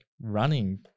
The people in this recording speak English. running